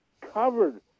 covered